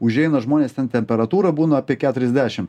užeina žmonės ten temperatūra būna apie keturiasdešim